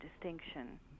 distinction